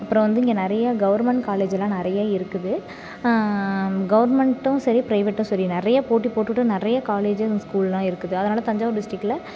அப்புறம் வந்து இங்கே நிறைய கவர்மெண்ட் காலேஜிலாம் நிறையா இருக்குது கவர்மெண்ட்டும் சரி ப்ரைவேட்டும் சரி நிறைய போட்டி போட்டுட்டு நிறைய காலேஜி ஸ்கூல்லாம் இருக்குது அதனால் தஞ்சாவூர் டிஸ்டிக்கில்